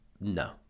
no